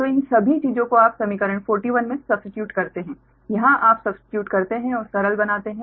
तो इन सभी चीजों को आप समीकरण 41 में सब्स्टिट्युट करते हैं यहां आप सब्स्टिट्युट करते हैं और सरल बनाते हैं